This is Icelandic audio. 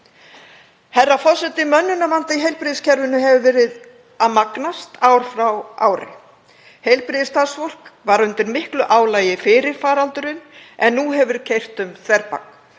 Herra forseti. Mönnunarvandi í heilbrigðiskerfinu hefur verið að magnast ár frá ári. Heilbrigðisstarfsfólk var undir miklu álagi fyrir faraldurinn en nú hefur keyrt um þverbak.